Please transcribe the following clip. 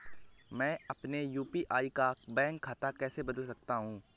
मैं अपने यू.पी.आई का बैंक खाता कैसे बदल सकता हूँ?